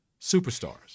superstars